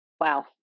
Wow